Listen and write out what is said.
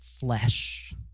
flesh